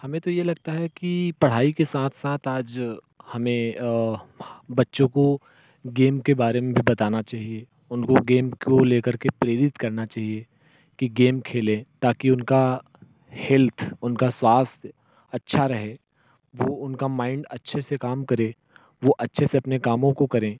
हमें तो ये लगता है कि पढ़ाई के साथ साथ आज हमें बच्चों को गेम के बारे में भी बताना चाहिए उनको गेम को लेकर के प्रेरित करना चाहिए कि गेम खेलें ताकि उनका हेल्थ उनका स्वास्थ्य अच्छा रहे वो उनका माइंड अच्छे से काम करें वो अच्छे से अपने कामों को करें